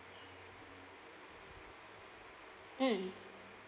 mm